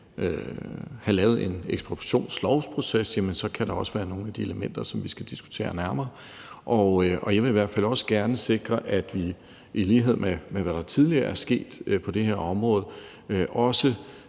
have lavet en ekspropriationslovsproces, så også være nogle af de elementer, som vi skal diskutere nærmere. Jeg vil i hvert fald gerne sikre, at vi i lighed med, hvad der tidligere er sket på det her område, også